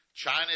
China